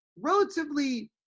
relatively